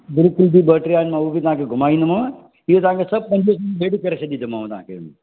गुरुकुल भी ॿ ट्री आहिन ऊहो भी तव्हांखे घुमाइंदम ईयो तव्हांखे सब पंजवीह सौ में डील करे छॾी ती मांव तव्हांखे